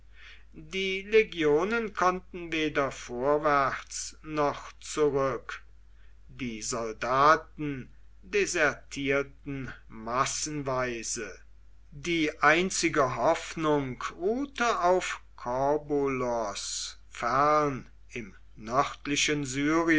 die legionen konnten weder vorwärts noch zurück die soldaten desertierten massenweise die einzige hoffnung ruhte auf corbulos fern im